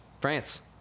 France